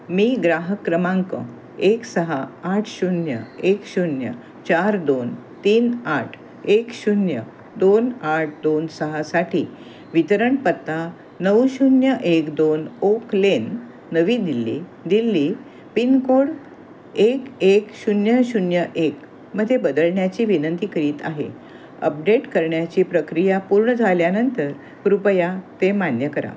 मी ग्राहक क्रमांक एक सहा आठ शून्य एक शून्य चार दोन तीन आठ एक शून्य दोन आठ दोन सहासाठी वितरण पत्ता नऊ शून्य एक दोन ओक लेन नवी दिल्ली दिल्ली पिनकोड एक एक शून्य शून्य एकमध्ये बदलण्याची विनंती करीत आहे अपडेट करण्याची प्रक्रिया पूर्ण झाल्यानंतर कृपया ते मान्य करा